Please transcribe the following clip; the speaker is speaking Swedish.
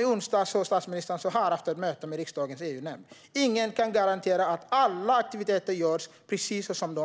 I onsdags sa statsministern så här efter ett möte med riksdagens EU-nämnd: "Ingen kan garantera att alla aktiviteter görs precis så